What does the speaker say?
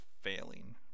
failing